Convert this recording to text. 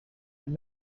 and